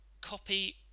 copy